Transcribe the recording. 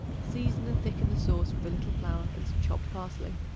season and thicken the sauce with a little flour and some chopped parsley.